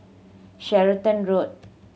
Stratton Road